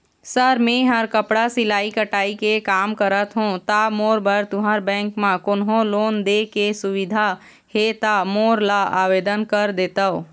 Sir मेहर कपड़ा सिलाई कटाई के कमा करत हों ता मोर बर तुंहर बैंक म कोन्हों लोन दे के सुविधा हे ता मोर ला आवेदन कर देतव?